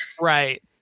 right